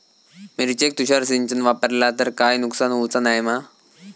मिरचेक तुषार सिंचन वापरला तर काय नुकसान होऊचा नाय मा?